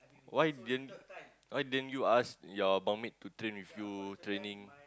why didn't why didn't you ask your bunk mate to train with you training